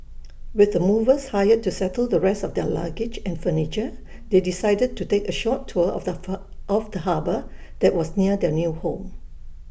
with the movers hired to settle the rest of their luggage and furniture they decided to take A short tour of the fur of the harbour that was near their new home